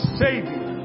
savior